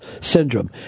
syndrome